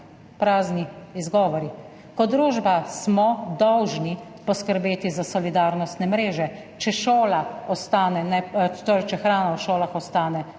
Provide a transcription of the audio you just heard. Prazni izgovori. Kot družba smo dolžni poskrbeti za solidarnostne mreže, torej če hrana v šolah ostane